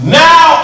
now